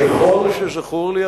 ככל שזכור לי,